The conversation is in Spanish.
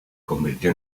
convirtió